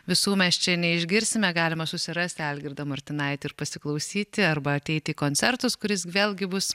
visų mes čia neišgirsime galima susirasti algirdą martinaitį ir pasiklausyti arba ateiti į koncertus kuris vėlgi bus